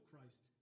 Christ